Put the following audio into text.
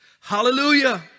Hallelujah